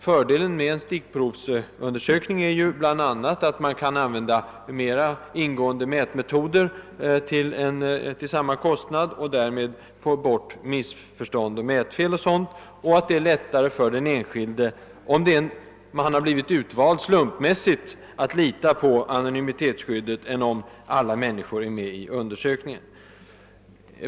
Fördelen med en stickprovsundersökning är bl.a. att man kan använda mera ingående mätmetoder till samma kostnad och därmed få bort missförstånd, mätfel o. s. v. Dessutom är det lättare för den enskilde att lita på anonymitetsskyddet om han har blivit utvald slumpmässigt, än om alla mänpniskor är med i undersökningen.